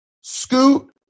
Scoot